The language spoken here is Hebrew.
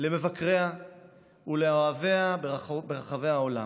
מבקריה ואוהביה ברחבי העולם.